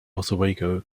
oswego